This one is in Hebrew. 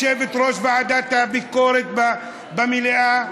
יושבת-ראש ועדת הביקורת במליאה,